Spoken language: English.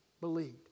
believed